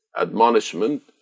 admonishment